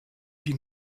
die